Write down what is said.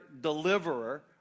deliverer